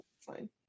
fine